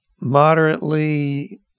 moderately